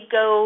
go